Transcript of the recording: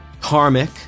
karmic